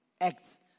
acts